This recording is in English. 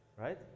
right